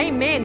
Amen